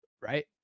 right